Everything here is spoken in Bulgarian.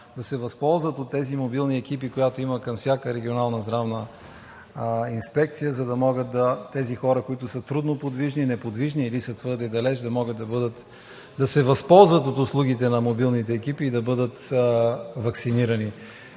да се възползват от тези мобилни екипи, каквито има към всяка регионална здравна инспекция, за да могат тези хора, които са трудно подвижни, неподвижни или са твърде далеч да могат да се възползват от услугите на мобилните екипи и да бъдат ваксинирани.